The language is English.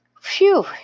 Phew